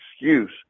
excuse